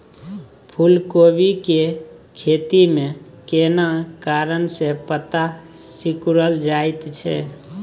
फूलकोबी के खेती में केना कारण से पत्ता सिकुरल जाईत छै?